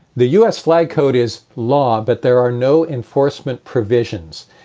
the us flag code is law, but there are no enforcement provisions,